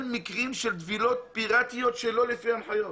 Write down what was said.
מקרים של טבילות פירטיות שלא לפי ההנחיות,